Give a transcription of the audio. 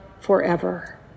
forever